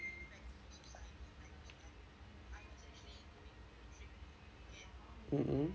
mmhmm